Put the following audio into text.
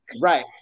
Right